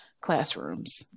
classrooms